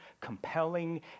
compelling